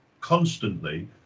constantly